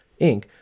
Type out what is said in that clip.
Inc